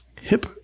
Hip